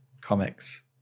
comics